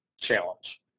challenge